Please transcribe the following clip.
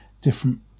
different